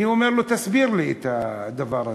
אני אומר לו: תסביר לי את הדבר הזה.